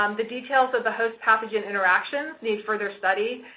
um the details of the host pathogen interaction need further study.